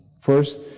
First